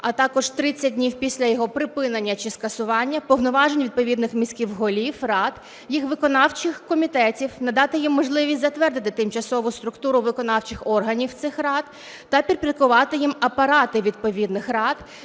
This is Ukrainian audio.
а також 30 днів після його припинення чи скасування, повноважень відповідних міських голів, рад, їх виконавчих комітетів, надати їм можливість затвердити тимчасову структуру виконавчих органів цих рад та підпорядкувати їм апарати відповідних рад,